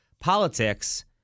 politics—